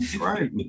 Right